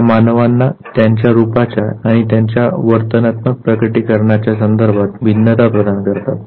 त्या मानवांना त्यांच्या रुपाच्या आणि त्यांच्या वर्तनात्मक प्रकटीकरणाच्या संदर्भात भिन्नता प्रदान करतात